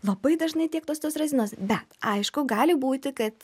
labai dažnai tiektos tos razinos bet aišku gali būti kad